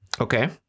Okay